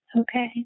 Okay